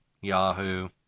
Yahoo